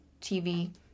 tv